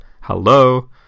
hello